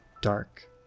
dark